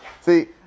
See